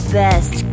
best